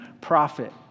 prophet